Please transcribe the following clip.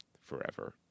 forever